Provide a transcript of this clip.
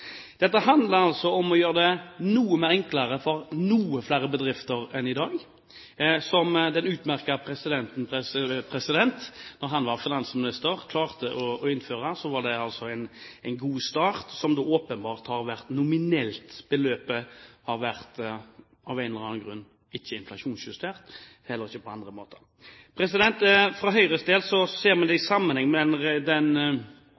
Dette handler altså om å gjøre det noe enklere for noen flere bedrifter enn i dag, som den utmerkede presidenten, da han var finansminister, klarte å innføre. Det var en god start, men det er åpenbart at det nominelle beløpet av en eller annen grunn ikke har vært inflasjonsjustert, og heller ikke på andre måter. For Høyres del ser man det i sammenheng med den